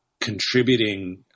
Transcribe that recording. contributing